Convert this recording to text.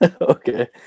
Okay